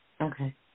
Okay